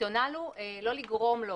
הרציונל הוא לא לגרום לו